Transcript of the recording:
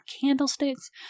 candlesticks